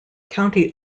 county